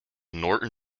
norton